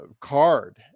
card